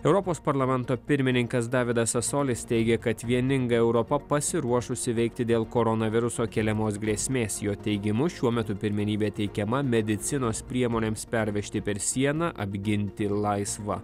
europos parlamento pirmininkas davidas sasolis teigė kad vieninga europa pasiruošusi veikti dėl koronaviruso keliamos grėsmės jo teigimu šiuo metu pirmenybė teikiama medicinos priemonėms pervežti per sieną apginti laisvą